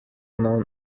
known